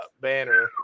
banner